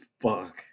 fuck